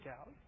out